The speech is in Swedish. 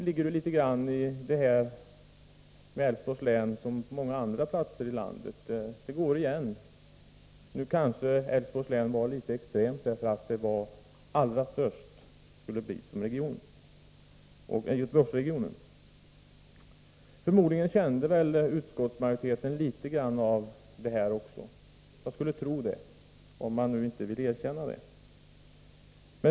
Förslaget om Älvsborgs län kanske var litet extremt, därför att det skulle ha blivit allra störst som region. Förmodligen tyckte utskottsmajoriteten också så, även om man nu inte vill erkänna det.